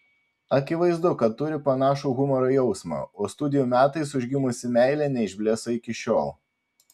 akivaizdu kad turi panašų humoro jausmą o studijų metais užgimusi meilė neišblėso iki šiol